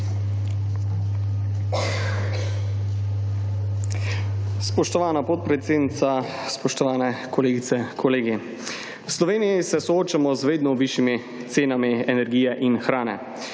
spoštovana podpredsednica, spoštovane kolegice, kolegi! V Sloveniji se soočamo z vedo višjimi cenami energije in hrane.